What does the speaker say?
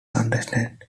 understand